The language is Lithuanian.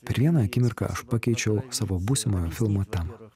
per vieną akimirką aš pakeičiau savo būsimojo filmo temą